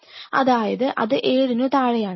അതായത് അത് ഏഴിനു താഴെയാണ്